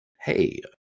hey